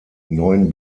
neuen